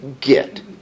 get